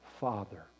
Father